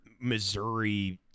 Missouri